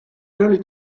early